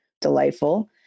Delightful